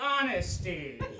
honesty